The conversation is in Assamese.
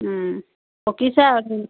ও পকিছে